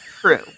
true